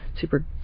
super